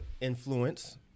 influence